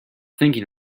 thinking